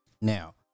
Now